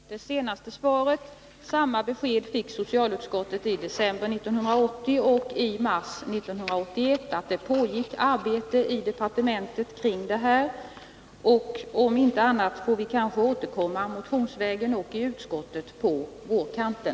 Herr talman! Jag tackar för det senaste svaret. Samma besked fick socialutskottet i december 1980 och i mars 1981. Man sade då att det pågick arbete i departementet kring de här frågorna. Om så behövs får vi kanske återkomma motionsvägen och i utskottet på vårkanten.